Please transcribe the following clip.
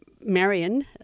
marion